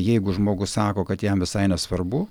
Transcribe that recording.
jeigu žmogus sako kad jam visai nesvarbu